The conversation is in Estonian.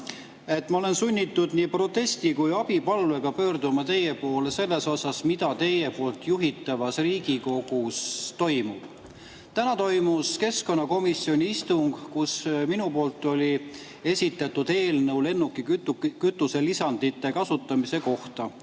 Ma olen sunnitud nii protesti kui ka abipalvega pöörduma teie poole selle pärast, mis teie juhitavas Riigikogus toimub. Täna toimus keskkonnakomisjoni istung, kus oli minu esitatud eelnõu lennukikütuse lisandite kasutamise ja